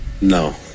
No